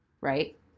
Right